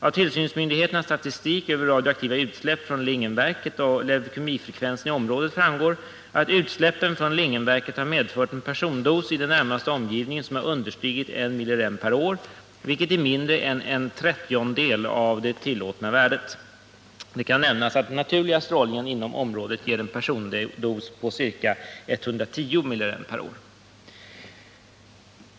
Av tillsynsmyndigheternas statistik över radioaktiva utsläpp från Lingenverket och leukemifrekvensen i området framgår att utsläppen från Lingenverken har medfört en persondos i den närmaste omgivningen som har understigit I millirem 30 av tillåtet värde. Det kan nämnas att den naturliga strålningen inom området ger en persondos av ca 110 millirem/år.